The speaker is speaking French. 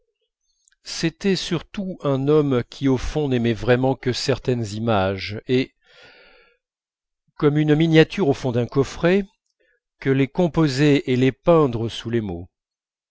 c'était surtout un homme qui au fond n'aimait vraiment que certaines images et comme une miniature au fond d'un coffret que les composer et les peindre sous les mots